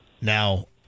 Now –